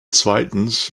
zweitens